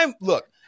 Look